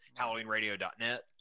HalloweenRadio.net